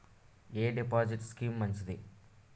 ఎ deposit scheme మంచిది?